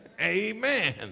Amen